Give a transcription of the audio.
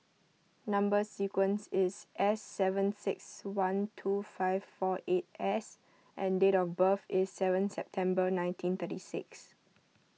Number Sequence is S seven six one two five four eight S and date of birth is seven September nineteen thirty six